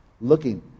looking